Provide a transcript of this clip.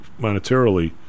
monetarily